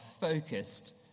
focused